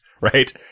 right